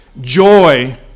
joy